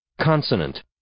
Consonant